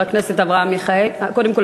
קודם כול,